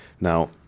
Now